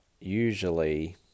usually